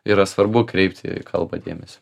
yra svarbu kreipti kalbą dėmesį